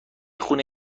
خونه